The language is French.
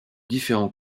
différents